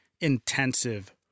intensive